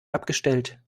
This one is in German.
abgestellt